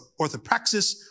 orthopraxis